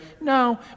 No